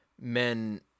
men